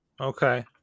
okay